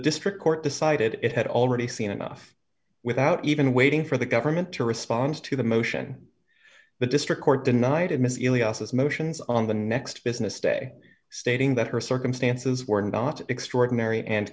district court decided it had already seen enough without even waiting for the government to response to the motion the district court denied it missy aliases motions on the next business day stating that her circumstances were not extraordinary and